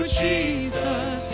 jesus